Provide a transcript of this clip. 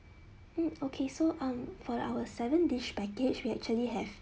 hmm okay so um for our seven dish package we actually have